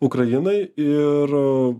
ukrainai ir